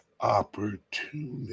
opportunity